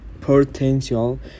potential